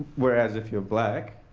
whereas if you're black